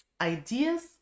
ideas